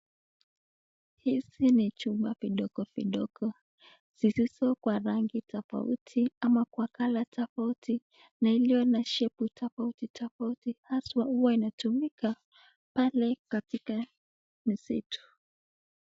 Hizi ni chupa vidogo vidogo, zilizo kwa rangi tofauti ama kwa color tofauti ziko na iliyo na shepu tofauti tofauti, hasawa huwa inatumika pale katika misitu.